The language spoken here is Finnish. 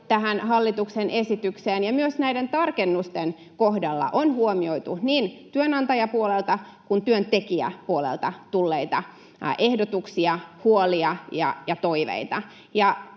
tähän hallituksen esitykseen, ja myös näiden tarkennusten kohdalla on huomioitu niin työnantajapuolelta kuin työntekijäpuolelta tulleita ehdotuksia, huolia ja toiveita.